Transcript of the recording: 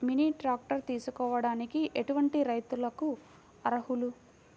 Mini tractor తీసుకోవడానికి ఎటువంటి రైతులకి అర్హులు?